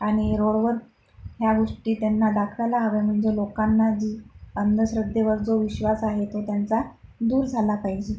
आनि रोडवर ह्या गोष्टी त्यांना दाखवायला हव्या मनजे लोकांना जी अंधश्रद्धेवर जो विश्वास आहे तो त्यांचा दूर झाला पायजे